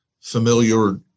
familiar